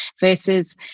versus